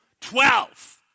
Twelve